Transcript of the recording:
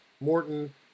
Morton